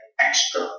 extra